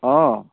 अ